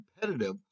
competitive